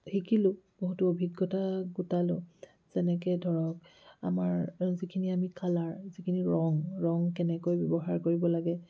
শিকিলোঁ বহুতো অভিজ্ঞতা গোটালোঁ যেনেকৈ ধৰক আমাৰ যিখিনি কালাৰ যিখিনি ৰং ৰং কেনেকৈ ব্যৱহাৰ কৰিব লাগে